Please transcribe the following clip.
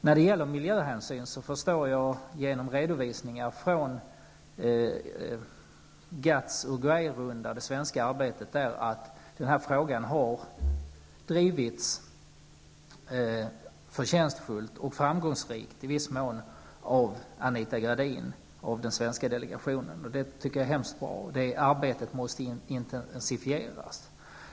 När det gäller miljöhänsynen förstår jag genom redovisningar från det svenska arbetet i GATT och Uruguay-rundan att frågan har drivits förtjänstfullt och framgångsrikt av den svenska delegationen, i viss mån av Anita Gradin. Det tycker jag är mycket bra. Det arbetet måste intensifieras.